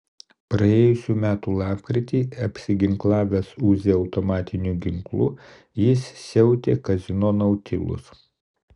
praėjusių metų lapkritį apsiginklavęs uzi automatiniu ginklu jis siautė kazino nautilus